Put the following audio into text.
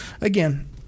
again